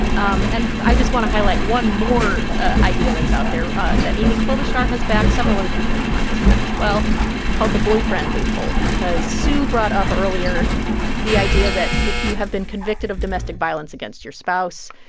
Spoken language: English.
um and i just want to highlight one more idea that's out there ah that amy klobuchar has backed several other people in congress have, as well called the boyfriend loophole because sue brought up earlier the idea that if you have been convicted of domestic violence against your spouse,